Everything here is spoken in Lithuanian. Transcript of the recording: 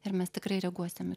ir mes tikrai reaguosim į